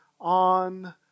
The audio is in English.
on